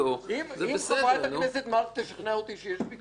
אם חברת הכנסת מארק תשכנע אותי שיש פיקוח,